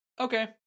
Okay